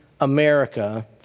America